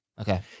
Okay